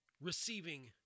receiving